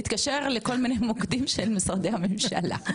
להתקשר לכל מיני מוקדים שהם משרדי הממשלה...